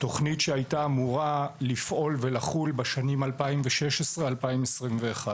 תכנית שהייתה אמורה לפעול ולחול בשנים 2016 - 2021.